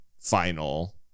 final